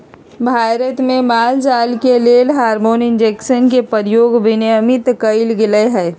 भारत में माल जाल के लेल हार्मोन इंजेक्शन के प्रयोग विनियमित कएल गेलई ह